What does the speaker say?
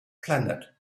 planet